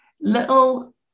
little